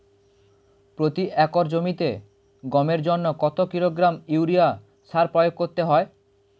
প্রতি একর জমিতে গমের জন্য কত কিলোগ্রাম ইউরিয়া সার প্রয়োগ করতে হয়?